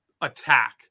attack